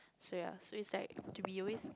so ya so it's like to be always